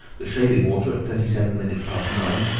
the shaving-water at thirty-seven minutes past nine,